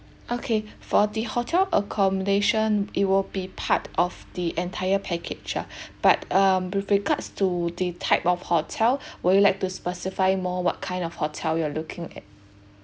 okay for the hotel accommodation it will be part of the entire package ah but um with regards to the type of hotel would you like to specify more what kind of hotel you're looking at